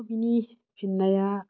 थ' बिनि फिननाया